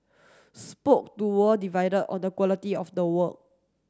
spoke to were divided on the quality of the work